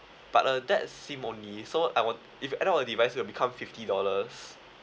but uh that's SIM only so add on if you add on a device it'll become fifty dollars